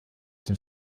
den